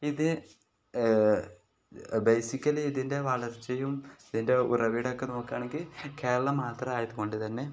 ഇത് ബേസിക്കലി ഇതിൻ്റെ വളർച്ചയും ഇതിൻ്റെ ഉറവിടമൊക്കെ നോക്കുകയാണെങ്കിൽ കേരളം മാത്രം ആയത്കൊണ്ട് തന്നെ